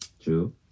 true